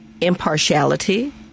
impartiality